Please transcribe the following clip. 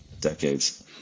decades